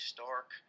Stark